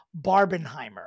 Barbenheimer